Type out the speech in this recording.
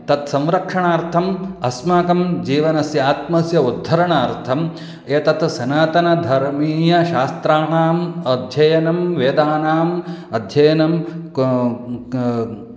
तत् संरक्षणार्थम् अस्माकं जीवनस्य आत्मस्य उद्धरणार्थम् एतत् सनातनधर्मीयशास्त्राणाम् अध्ययनं वेदानाम् अध्ययनं